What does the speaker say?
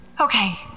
Okay